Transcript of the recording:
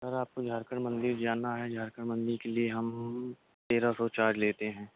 سر آپ کو جھارکھنڈ مندر جانا ہے جھارکھنڈ مندر کے لیے ہم تیرہ سو چارج لیتے ہیں